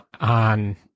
on